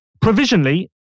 provisionally